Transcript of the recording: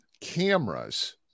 cameras